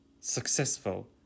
successful